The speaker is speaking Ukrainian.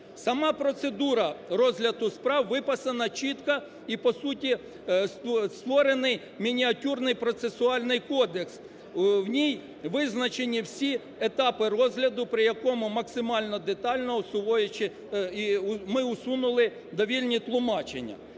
Сама процедура розгляду справ виписана чітко, і по суті створений мініатюрний Процесуальний кодекс. В ній визначені всі етапи розгляду, при якому максимально детально, усуваючи, ми усунули довільні тлумачення.